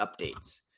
updates